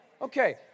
Okay